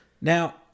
Now